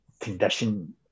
condition